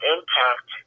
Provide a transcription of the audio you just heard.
Impact